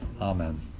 amen